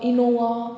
Innova